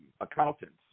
accountants